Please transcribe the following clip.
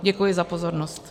Děkuji za pozornost.